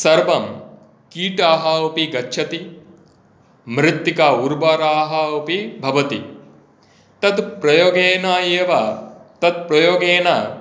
सर्वं कीटाः अपि गच्छति मृत्तिका उर्बराः अपि भवति तत् प्रयोगेन एव तत्प्रयोगेन